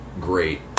great